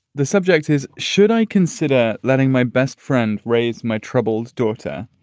the subject is, should i consider letting my best friend raise my troubled daughter?